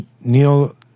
Neil